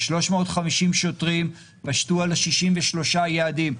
350 שוטרים פשטו על 63 יעדים.